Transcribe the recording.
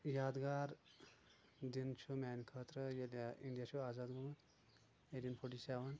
یاد گار دِن چھ میانہِ خٲطرٕ ییٚلہِ اِنٛڈیا چھُ آزاد گوٚمُت ایٹیٖن فوٹی سیٚوَن